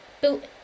built